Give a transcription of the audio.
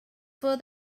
for